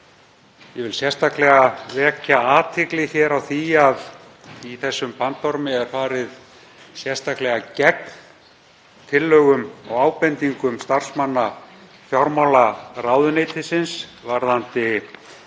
Ég vil sérstaklega vekja athygli á því að í þessum bandormi er farið sérstaklega gegn tillögum og ábendingum starfsmanna fjármálaráðuneytisins varðandi